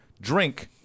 drink